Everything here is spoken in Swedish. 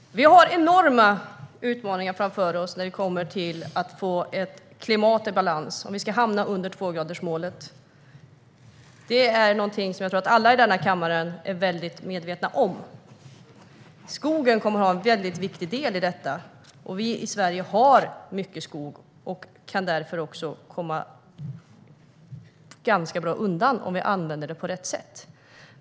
Fru talman! Vi har enorma utmaningar framför oss när det kommer till att få ett klimat i balans om vi ska hamna under tvågradersmålet. Det är någonting som jag tror att alla i denna kammare är väldigt medvetna om. Skogen kommer att ha en väldigt viktig del i detta. Vi i Sverige har mycket skog och kan därför komma ganska bra undan om vi använder den på rätt sätt.